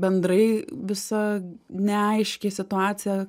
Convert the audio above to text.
bendrai visa neaiški situacija